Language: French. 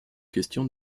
question